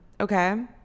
okay